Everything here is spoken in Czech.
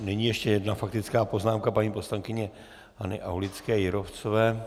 Nyní ještě jedna faktická poznámka paní poslankyně Aulické Jírovcové.